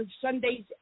Sundays